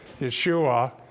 Yeshua